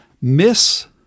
miss